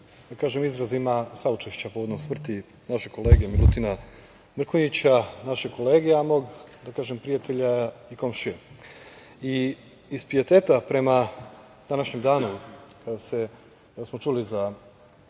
izrazima saučešća povodom smrti našeg kolege, Milutina Mrkonjića, našeg kolege, a mog, da kažem, prijatelja i komšije. Iz pijeteta prema današnjem danu, kada smo čuli za